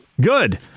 Good